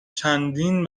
چندین